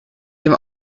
dem